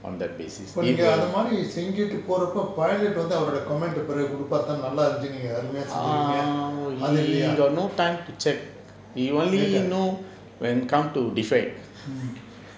இப்ப நீங்க அந்த மாரி செஞ்சிட்டு போறப்ப:ippo ninga antha maari senjitu porapa pilot வந்து அவரோட:vanthu avaroda comment பிறகு கொடுப்பார் தானே நல்லா இருந்துச்சி நீங்க அருமையா செஞ்சி இருக்கீங்க அது இல்லையா:piragu koduppaar thaanae nallaa irundichi neenga arumaya senji irukeenga athu illaya better